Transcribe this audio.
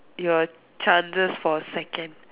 your chances for a second